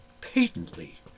patently